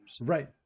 Right